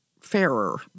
fairer